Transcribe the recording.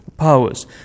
Powers